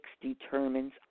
determines